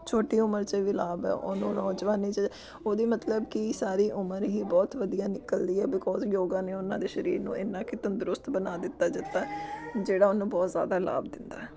ਛੋਟੀ ਉਮਰ 'ਚ ਵੀ ਲਾਭ ਹੈ ਉਹਨੂੰ ਨੌਜਵਾਨੀ 'ਚ ਉਹਦੀ ਮਤਲਬ ਕਿ ਸਾਰੀ ਉਮਰ ਹੀ ਬਹੁਤ ਵਧੀਆ ਨਿਕਲਦੀ ਹੈ ਬਿਕੋਜ਼ ਯੋਗਾ ਨੇ ਉਹਨਾਂ ਦੇ ਸਰੀਰ ਨੂੰ ਇੰਨਾ ਕਿ ਤੰਦਰੁਸਤ ਬਣਾ ਦਿੱਤਾ ਜਾਂਦਾ ਜਿਹੜਾ ਉਹਨੂੰ ਬਹੁਤ ਜ਼ਿਆਦਾ ਲਾਭ ਦਿੰਦਾ